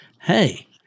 hey